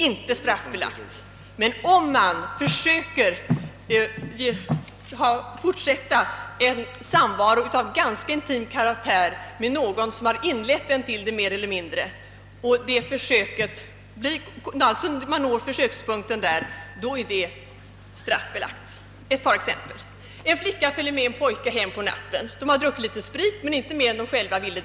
Att däremot försöka fortsätta en samvaro av ganska intim karaktär med någon som mer eller mindre har inlett en till den är straffbelagt. Jag skall ge ett par exempel. En flicka följer med en pojke hem på natten. De har druckit litet sprit men inte mer än de själva vill.